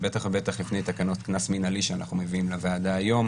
ובטח ובטח לפני תקנות קנס מינהלי שאנחנו מביאים לוועדה היום,